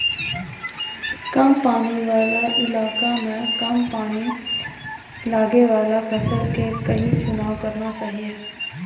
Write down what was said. कम पानी वाला इलाका मॅ कम पानी लगैवाला फसल के हीं चुनाव करना चाहियो